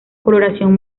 coloración